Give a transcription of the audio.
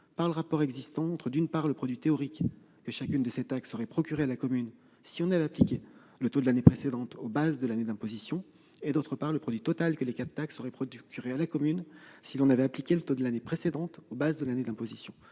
par le rapport entre, d'une part, le produit théorique que chacune de ces taxes aurait procuré à la commune si l'on avait appliqué le taux de l'année précédente aux bases de l'année d'imposition et, d'autre part, le produit total que les quatre taxes auraient procuré à la commune si l'on avait appliqué le taux de l'année précédente aux bases de l'année d'imposition-